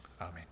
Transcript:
Amen